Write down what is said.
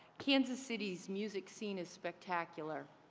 kansas city's music scene is spectacular.